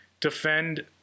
defend